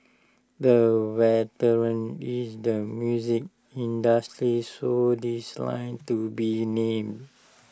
the veteran in the music industry who declined to be named